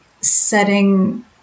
setting